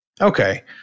okay